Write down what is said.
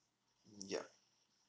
ya